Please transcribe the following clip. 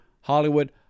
Hollywood